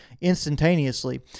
instantaneously